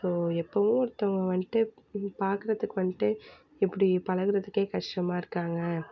so எப்போதும் ஒருத்தங்க வந்துட்டு பார்க்குறதுக்கு வந்துட்டு இப்படி பழகுறதுக்கே கஷ்டமாக இருக்காங்க